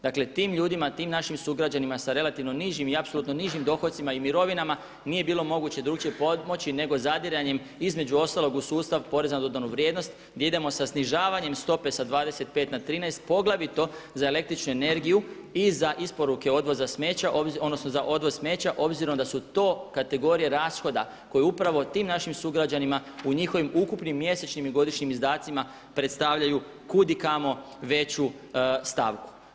Dakle tim ljudima, tim našim sugrađanima sa relativno nižim i apsolutno nižim dohodcima i mirovinama nije bilo moguće drukčije pomoći nego zadiranjem između ostalog u sustav poreza na dodanu vrijednost gdje idemo sa snižavanjem stope sa 25 na 13 poglavito za električnu energiju i za isporuke odvoza smeća odnosno za odvoz smeća obzirom da su to kategorije rashoda koje upravo tim našim sugrađanima u njihovim ukupnim mjesečnim i godišnjim izdacima predstavljaju kud i kamo veću stavku.